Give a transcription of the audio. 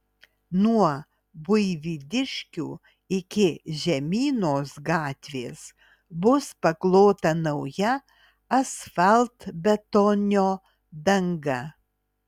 nuo buivydiškių iki žemynos gatvės bus paklota nauja asfaltbetonio danga